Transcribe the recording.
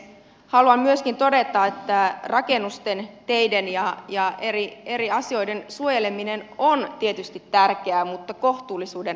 haluan myöskin todeta että rakennusten teiden ja eri asioiden suojeleminen on tietysti tärkeää mutta kohtuullisuuden rajoissa